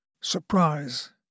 Surprise